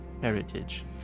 heritage